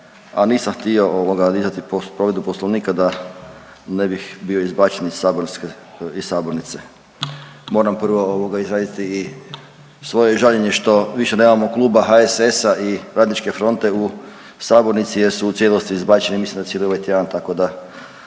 a nisam htio dizati povredu Poslovnika da ne bih bio izbačen iz sabornice. Moram prvo izraziti i svoje žaljenje što više nemamo kluba HSS-a i Radničke fronte u sabornici, jer su u cijelosti izbačeni. Mislim da cijeli ovaj tjedan, tako da